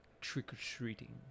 trick-or-treating